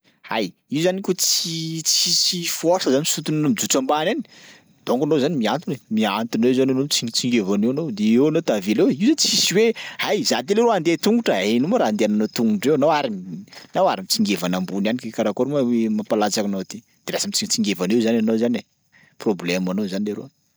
Ay, io zany kô tsy tsisy force zany misontinao mijotso ambany any donko anao zany mihantona e mihantona eo zany anao mitsimitsingevana eo anao de anao tavela eo e, io zany tsisy hoe ay! za ty leroa andeha tongotra ino mo raha andehananao tongotry eo ianao ary n- ianao ary mitsingevana ambony any ke karakôry ma hoe mampalatsaka anao aty, de lasa mitsimitsingevana eo zany ianao zany e, problemanao zany leroa.